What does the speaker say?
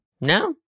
No